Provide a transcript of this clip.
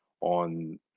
on